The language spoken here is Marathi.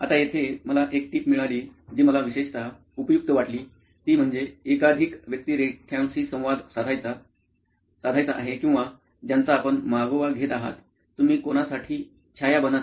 आता येथे मला एक टिप मिळाली जी मला विशेषतः उपयुक्त वाटली ती म्हणजे एकाधिक व्यक्तिरेख्यांशी संवाद साधायचा आहे किंवा ज्यांचा आपण मागोवा घेत आहात तुम्ही कोणासाठी छाया बनत आहेत